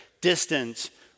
distance